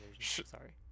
sorry